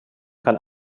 kann